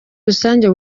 rusange